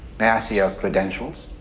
may i see your credentials?